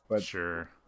Sure